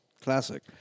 Classic